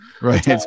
Right